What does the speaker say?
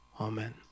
Amen